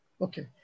Okay